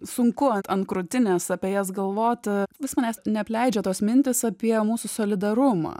sunku ant krūtinės apie jas galvot vis manęs neapleidžia tos mintys apie mūsų solidarumą